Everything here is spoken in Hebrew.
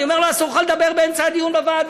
אני אומר לו: אסור לך לדבר באמצע הדיון בוועדה.